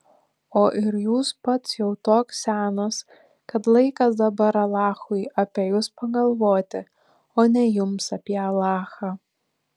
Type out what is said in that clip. o ir jūs pats jau toks senas kad laikas dabar alachui apie jus pagalvoti o ne jums apie alachą